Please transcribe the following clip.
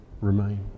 remain